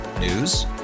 News